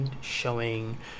showing